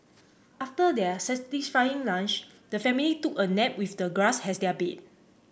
after their satisfying lunch the family took a nap with the grass as their bed